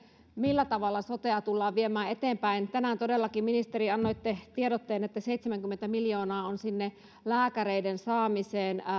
millä tavalla sotea tullaan viemään eteenpäin tänään todellakin ministeri annoitte tiedotteen että seitsemänkymmentä miljoonaa on sinne lääkäreiden saamiseen